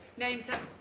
name, sir?